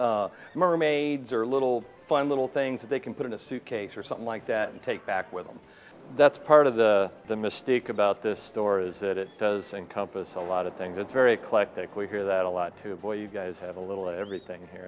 mermaids or little fun little things that they can put in a suitcase or something like that and take back with them that's part of the the mystique about this store is that it doesn't compass a lot of things it's very collected we hear that a lot too boy you guys have a little everything here